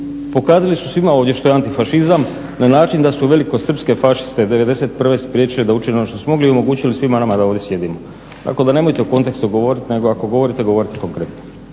pokazali su svima ovdje što je antifašizam na način da su velikosrpske fašiste '91. spriječili da učine ono što su mogli i omogućili svima nama da ovdje sjedimo. Tako da nemojte u kontekstu govoriti nego ako govorite, govorite konkretno.